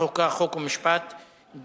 מסקנות ועדת החינוך, התרבות והספורט בעקבות